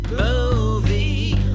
movie